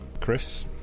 chris